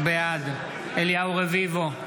בעד אליהו רביבו,